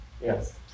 Yes